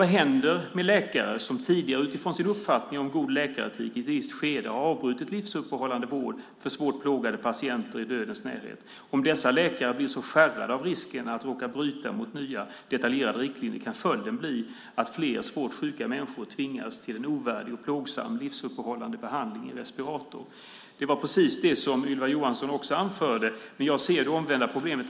Vad händer med läkare som tidigare utifrån sin uppfattning om god läkaretik i ett visst skede har avbrutit livsuppehållande vård för svårt plågade patienter i dödens närhet? Om dessa läkare blir så skärrade av risken för att råka bryta mot nya detaljerade riktlinjer kan följden bli att fler svårt sjuka människor tvingas till en ovärdig och plågsam livsuppehållande behandling i respirator. Det var precis detta som Ylva Johansson också anförde, men jag ser det omvända problemet.